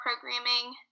programming